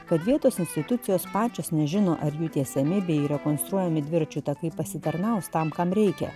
kad vietos institucijos pačios nežino ar jų tiesiami bei rekonstruojami dviračių takai pasitarnaus tam kam reikia